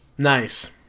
Nice